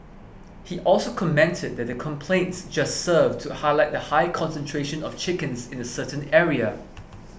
he also commented that the complaints just served to highlight the high concentration of chickens in a certain area